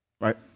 right